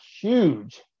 huge